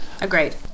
agreed